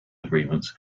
agreements